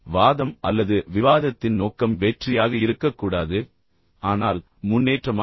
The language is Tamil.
வாதம் அல்லது விவாதத்தின் நோக்கம் வெற்றியாக இருக்கக்கூடாது ஆனால் முன்னேற்றமாக இருக்க வேண்டும்